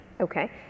Okay